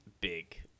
big